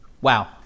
wow